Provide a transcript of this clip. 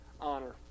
honor